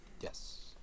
Yes